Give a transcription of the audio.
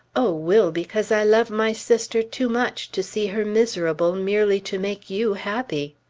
o will, because i love my sister too much to see her miserable merely to make you happy!